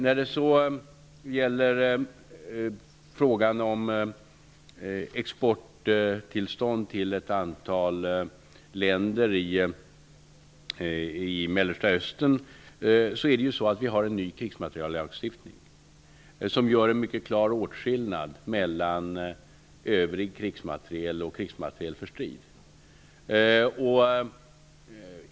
När det gäller exporttillstånd till ett antal länder i Mellersta Östern har vi en ny krigsmateriellagstiftning. Den gör en mycket klar åtskillnad mellan övrig krigsmateriel och krigsmateriel för strid.